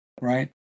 right